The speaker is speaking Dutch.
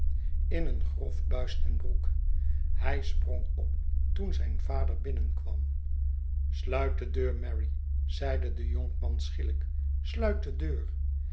in een grof buis en broek hij sprong op toen zijn vader binnenkwam sluit de deur mary zeide de jonkman schielijk sluit de deur